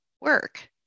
work